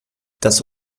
das